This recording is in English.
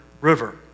River